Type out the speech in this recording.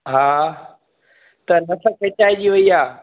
हा त नस खिचाइजी वई आहे